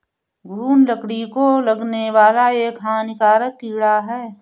घून लकड़ी को लगने वाला एक हानिकारक कीड़ा है